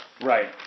Right